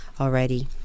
already